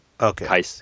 Okay